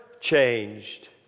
changed